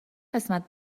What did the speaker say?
قسمت